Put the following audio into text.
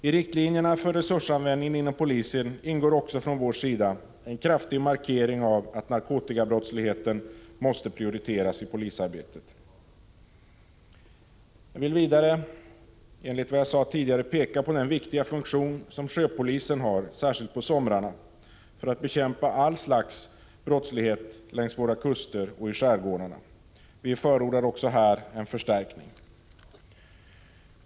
I riktlinjerna för resursanvändningen inom polisen ingår också från vår sida en kraftig markering av att narkotikabrottsligheten måste prioriteras i polisarbetet. Jag vill vidare enligt vad jag sade tidigare peka på den viktiga funktion som sjöpolisen har, särskilt på somrarna, för att bekämpa allt slags brottslighet längs våra kuster och i skärgårdarna. Vi förordar också här en förstärkning.